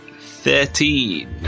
Thirteen